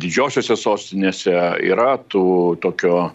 didžiosiose sostinėse yra tų tokio